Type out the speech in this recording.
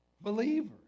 believers